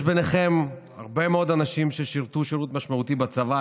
יש ביניכם הרבה מאוד אנשים ששירתו שירות משמעותי בצבא,